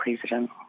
president